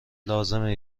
لازمه